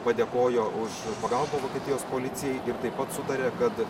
padėkojo už pagalbą vokietijos policijai ir taip pat sutarė kad